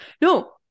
No